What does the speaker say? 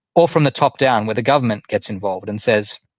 or from the top down where the government gets involved and says,